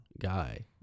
guy